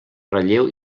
relleu